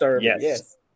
Yes